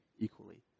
equally